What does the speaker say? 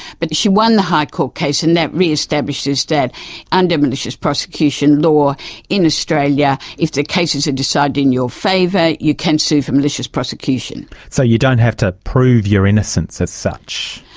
but she won the high court case and that re-establishes that under malicious prosecution law in australia, if the cases are decided in your favour you can sue for malicious prosecution. so you don't have to prove your innocence as such?